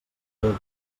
déu